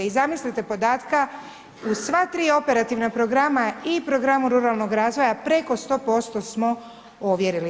I zamislite podatka, u sva 3 operativna programa, i programu ruralnog razvoja, preko 100% smo ovjerili.